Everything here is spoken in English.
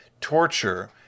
torture